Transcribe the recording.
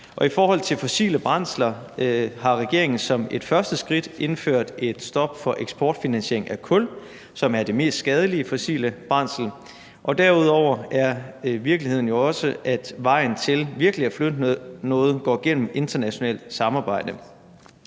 og i forhold til fossile brændsler har regeringen som et første skridt indført et stop for eksportfinansiering af kul, som er det mest skadelige fossile brændsel, og derudover er virkeligheden jo også, at vejen til virkelig at flytte noget går gennem internationalt samarbejde.